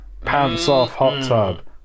Pants-off-hot-tub